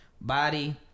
body